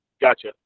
gotcha